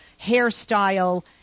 hairstyle